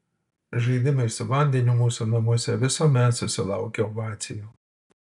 žaidimai su vandeniu mūsų namuose visuomet susilaukia ovacijų